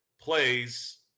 plays